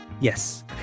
Yes